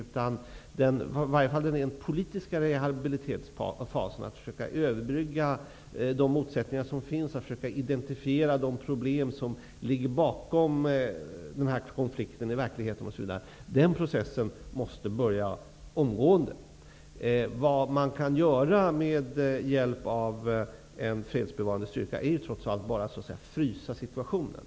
I varje fall måste den rent politiska rehabiliteringsfasen -- dvs. detta med att försöka överbrygga de motsättningar som finns och att försöka identifiera de verkliga bakomliggande problemen i fråga om den här konflikten osv. -- påbörjas omgående. Vad man kan åstadkomma med hjälp av en fredsbevarande styrka är ju trots allt bara så att säga en frysning av situationen.